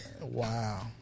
Wow